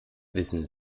wissen